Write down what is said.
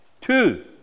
Two